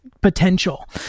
potential